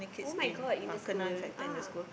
[oh]-my-god in the school ah